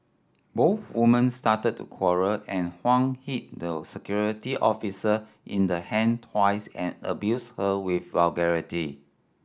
both women started to quarrel and Huang hit the security officer in the hand twice and abused her with vulgarity